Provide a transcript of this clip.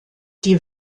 die